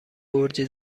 گرجی